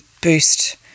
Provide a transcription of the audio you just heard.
boost